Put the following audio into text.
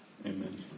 Amen